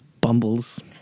Bumbles